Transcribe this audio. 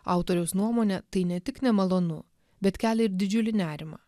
autoriaus nuomone tai ne tik nemalonu bet kelia ir didžiulį nerimą